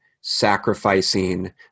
sacrificing